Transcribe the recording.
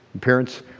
Parents